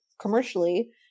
commercially